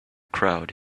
crowd